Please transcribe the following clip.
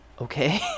Okay